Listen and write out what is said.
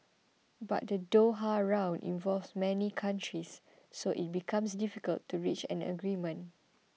but the Doha Round involves many countries so it becomes difficult to reach an agreement